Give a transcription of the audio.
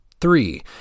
Three